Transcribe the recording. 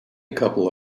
couple